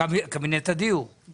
על